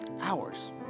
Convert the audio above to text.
hours